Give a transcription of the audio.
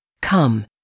Come